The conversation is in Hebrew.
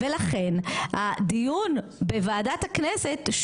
ולכן הדיון בוועדת הכנסת,